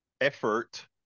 effort